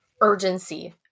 urgency